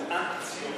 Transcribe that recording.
הוא אנטי-ציוני.